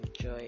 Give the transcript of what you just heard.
joy